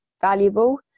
valuable